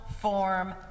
form